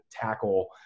tackle